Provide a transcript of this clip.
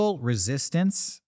resistance